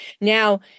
Now